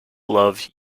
love